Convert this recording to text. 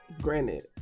Granted